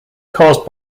caused